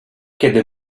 kiedy